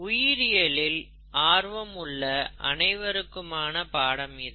உயிரியலில் ஆர்வம் உள்ள அனைவருக்குமான பாடம் இது